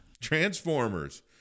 transformers